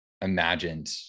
imagined